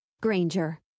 Granger